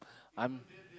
I'm